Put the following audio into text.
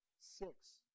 six